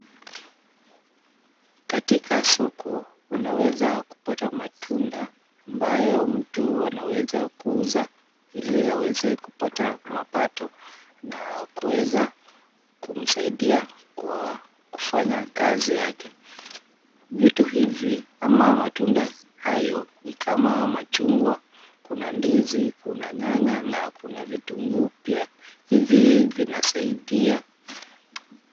Katika soko unaeza kupata matunda ambayo mtu anaweza kuuza ili aweze kupata mapato na kuweza kumsaidia kwa kufanya kazi yake. Vitu hivi ama matunda hayo ni kama machungwa, kuna ndizi, nyanya na vitunguu pia. Hivi vinasaidia.